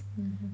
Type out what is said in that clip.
mmhmm